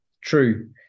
true